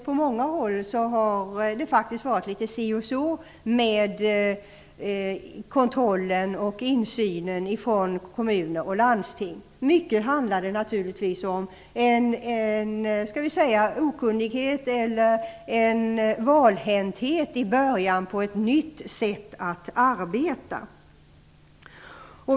På många håll har faktiskt kommunerna och landstingen skött kontrollen och insynen litet si och så. Det handlar naturligtvis mycket om att det finns en okunnighet eller en valhänthet när man börjar arbeta på ett nytt sätt.